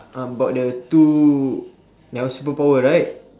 about the two ya superpower right